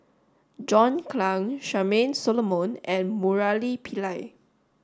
John Clang Charmaine Solomon and Murali Pillai